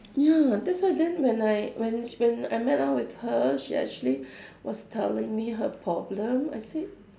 ya that's why then when I sh~ when when I met up with her she actually was telling me her problem I said